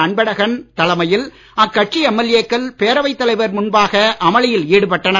அன்பழகன் தலைமையில் அக்கட்சி எம்எல்ஏக்கள் பேரவைத்தலைவர் முன்பாக அமளியில் ஈடுபட்டனர்